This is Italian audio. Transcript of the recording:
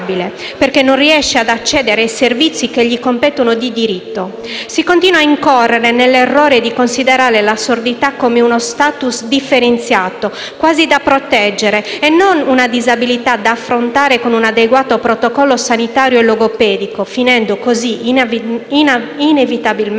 perché non riesce ad accedere ai servizi che gli competono di diritto. Si continua ad incorrere nell'errore di considerare la sordità come uno *status* differenziato, quasi da proteggere, e non una disabilità da affrontare con un adeguato protocollo sanitario e logopedico, finendo così, inevitabilmente,